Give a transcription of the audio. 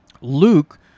Luke